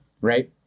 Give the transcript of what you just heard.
right